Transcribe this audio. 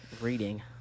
Reading